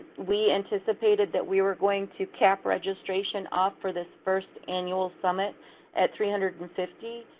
we anticipated that we were going to cap registration off for this first annual summit at three hundred and fifty.